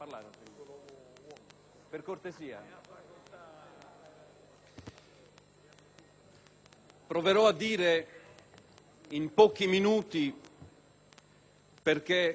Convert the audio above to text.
Proverò a dire in pochi minuti perché, ad avviso del Gruppo del Partito Democratico,